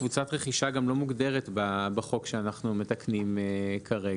קבוצת רכישה גם לא מוגדרת בחוק שאנחנו מתקנים כרגע.